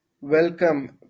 welcome